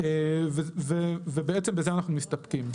ובעצם בזה אנחנו מסתפקים.